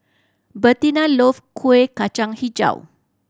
Bertina love Kuih Kacang Hijau